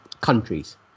Countries